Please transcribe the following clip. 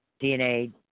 DNA